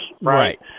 Right